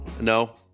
No